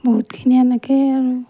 বহুতখিনি এনেকৈয়ে আৰু